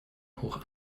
hoch